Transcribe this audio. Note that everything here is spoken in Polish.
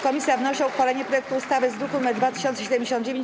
Komisja wnosi o uchwalenie projektu ustawy z druku nr 2079.